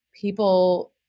people